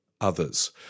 others